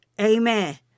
Amen